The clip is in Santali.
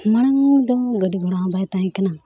ᱢᱟᱲᱟᱝᱫᱚ ᱜᱟᱹᱰᱤᱼ ᱜᱷᱚᱲᱟᱦᱚᱸ ᱵᱟᱭ ᱛᱟᱦᱮᱸ ᱠᱟᱱᱟ